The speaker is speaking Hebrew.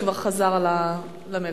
שכבר חזר למליאה.